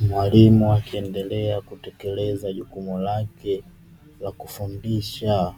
Mwalimu akiendelea kutekeleza jukumu lake la kufundisha